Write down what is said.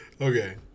Okay